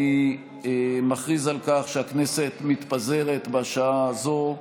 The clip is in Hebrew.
אני מכריז על כך שהכנסת מתפזרת בשעה הזאת,